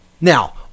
Now